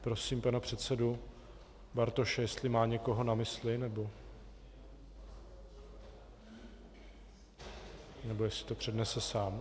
Prosím pana předsedu Bartoše, jestli má někoho na mysli nebo jestli to přednese sám.